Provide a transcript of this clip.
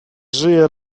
żyje